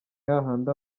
hahandi